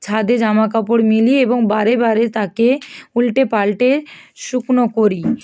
ছাদে জামা কাপড় মেলি এবং বারে বারে তাকে উল্টেপাল্টে শুকনো করি